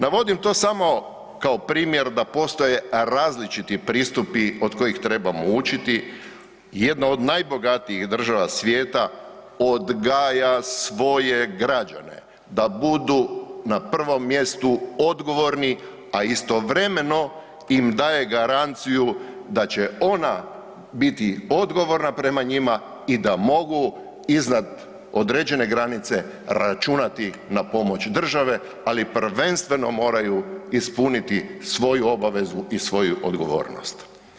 Navodim to samo kao primjer da postoje različiti pristupi od kojih trebamo učiti, jedna od najbogatijih država svijeta odgaja svoje građane da budu na prvom mjestu odgovorni, a istovremeno im daje garanciju da će ona biti odgovorna prema njima i da mogu iznad određene granice računati na pomoć države, ali prvenstveno moraju ispuniti svoju obavezu i svoju odgovornost.